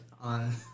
On